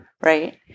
right